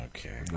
Okay